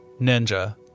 ninja